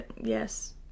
yes